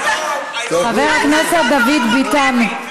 חבר הכנסת דוד ביטן,